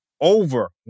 over